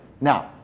Now